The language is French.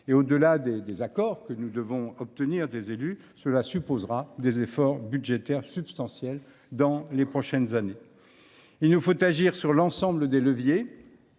et, au delà des accords que nous devrons obtenir des élus, cela supposera des efforts budgétaires substantiels dans les prochaines années. Il nous faut agir sur l’ensemble des leviers.